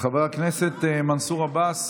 חבר הכנסת מנסור עבאס,